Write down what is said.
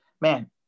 man